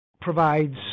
provides